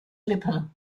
lippe